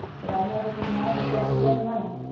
but i never knew how to get together money.